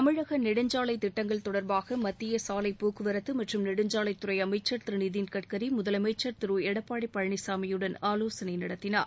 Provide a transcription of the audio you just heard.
தமிழக நெடுஞ்சாலை திட்டங்கள் தொடர்பாக மத்திய சாலைப் போக்குவரத்து மற்றும் நெடுஞ்சாலைத்துறை அமைச்சர் திரு நிதின் கட்கரி முதலமைச்சர் திரு எடப்பாடி பழனிசாமியுடன் ஆவோசனை நடத்தினார்